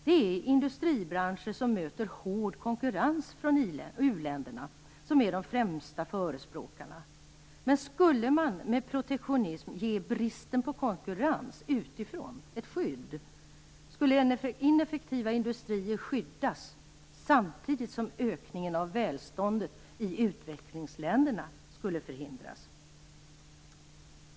Det är industribranscher som möter hård konkurrens från u-länderna som är de främsta förespråkarna. Men skulle man med protektionism ge bristen på konkurrens utifrån ett skydd skulle ineffektiva industrier skyddas samtidigt som ökningen av välståndet i utvecklingsländerna skulle förhindras.